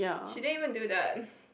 she din even do that